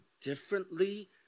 differently